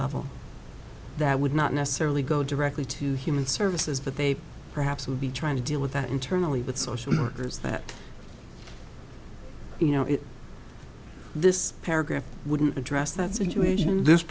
level that would not necessarily go directly to human services but they perhaps would be trying to deal with that internally with social workers that you know if this paragraph wouldn't address that situation this